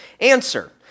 answer